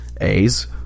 A's